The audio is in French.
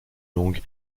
longue